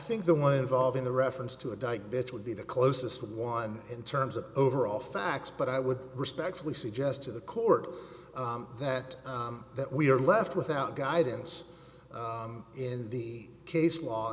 think the one evolve in the reference to a dyke bitch would be the closest one in terms of overall facts but i would respectfully suggest to the court that that we are left without guidance in the case law